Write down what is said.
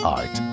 art